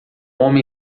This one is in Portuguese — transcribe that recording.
homem